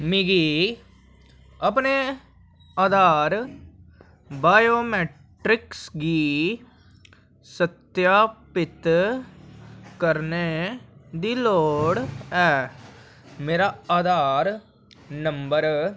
मिगी अपने आधार बायोमेट्रिक्स गी सत्यापित करने दी लोड़ ऐ मेरा आधार नंबर